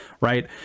right